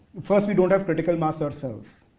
first we don't have critical mass ourselves.